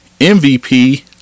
MVP